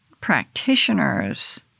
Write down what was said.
practitioners